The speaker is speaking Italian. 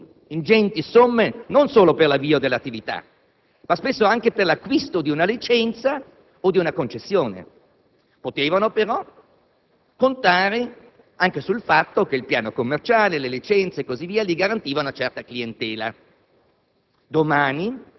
a suo tempo, ingenti somme non solo per l'avvio dell'attività ma spesso anche per l'acquisto di una licenza o di una concessione. Potevano però contare anche sul fatto che il piano commerciale, le licenze e così via gli garantivano una certa clientela.